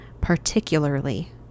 particularly